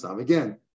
Again